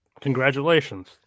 congratulations